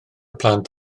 plant